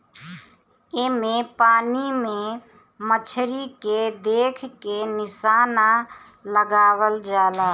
एमे पानी में मछरी के देख के निशाना लगावल जाला